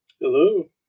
Hello